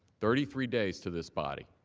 thirty three days to this body